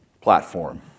Platform